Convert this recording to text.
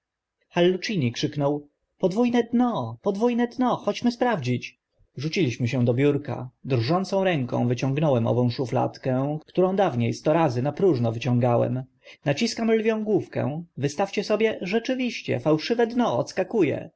hallucini krzyknął podwó ne dno podwó ne dno chodźmy sprawdzić rzuciliśmy się do biurka drżącą ręką wyciągnąłem ową szufladkę którą dawnie sto razy na próżno wyciągałem naciskam lwią główkę wystawcie sobie rzeczywiście fałszywe dno odskaku